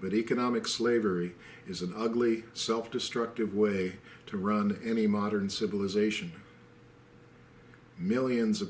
but economic slavery is an ugly self destructive way to run any modern civilization millions of